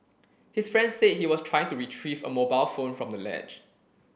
his friend said he was trying to retrieve a mobile phone from the ledge